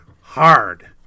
hard